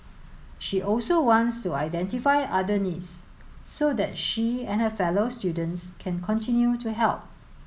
she also wants to identify other needs so that she and her fellow students can continue to help